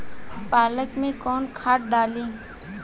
पालक में कौन खाद डाली?